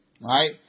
Right